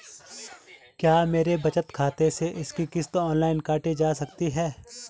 क्या मेरे बचत खाते से इसकी किश्त ऑनलाइन काटी जा सकती है?